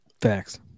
Facts